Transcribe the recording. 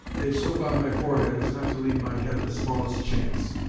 they've so bound my forehead, as not to leave my head the smallest chance.